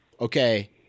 okay